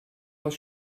was